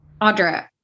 Audra